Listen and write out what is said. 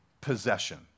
possession